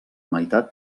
meitat